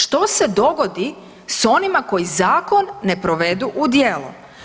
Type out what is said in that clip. Što se dogodi sa onima koji zakon ne provedu u djelo?